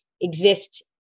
exist